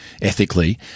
ethically